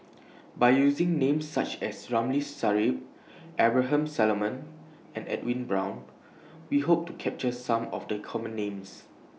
By using Names such as Ramli Sarip Abraham Solomon and Edwin Brown We Hope to capture Some of The Common Names